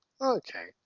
Okay